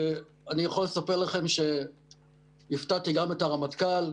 אני יכול לספר לכם שהפתעתי גם את הרמטכ"ל,